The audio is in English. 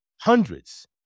hundreds